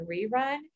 rerun